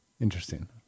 Interesting